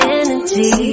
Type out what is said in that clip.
energy